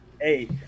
hey